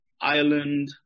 Ireland